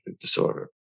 disorder